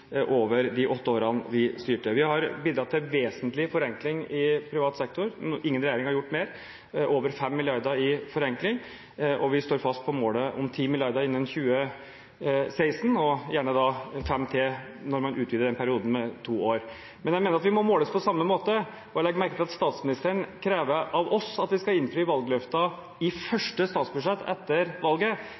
over de åtte årene vi styrte. Vi har bidratt til vesentlig forenkling i privat sektor – ingen regjering har gjort mer – med over 5 mrd. kr i forenkling, og vi står fast på målet om 10 mrd. kr innen 2016, og gjerne 5 til når man utvider den perioden med to år. Jeg mener at vi må måles på samme måte. Jeg legger merke til at statsministeren krever av oss at vi skal innfri valgløfter i første statsbudsjett etter valget,